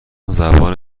زبان